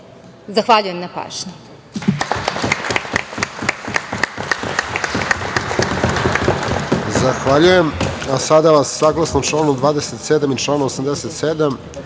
Zahvaljujem na pažnji.